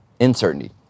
uncertainty